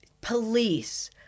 police